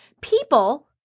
People